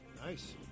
Nice